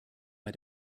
bei